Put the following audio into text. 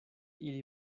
ili